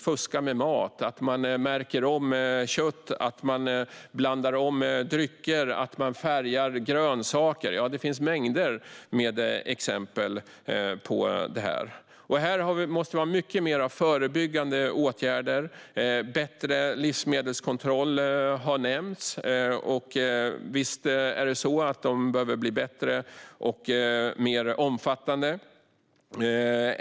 Det kan handla om att de märker om kött, blandar om drycker eller färgar grönsaker. Det finns mängder med exempel på sådant. Här måste vi ha fler förebyggande åtgärder. Bättre livsmedelskontroll har nämnts. Visst behöver kontrollerna bli bättre och mer omfattande.